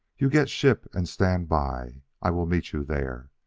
you get ship and stand by. i will meet you there.